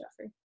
jeffrey